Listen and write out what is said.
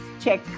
check